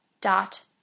dot